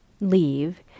leave